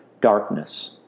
darkness